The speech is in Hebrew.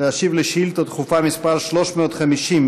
להשיב על שאילתה דחופה מס' 350,